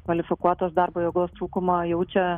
kvalifikuotos darbo jėgos trūkumą jaučia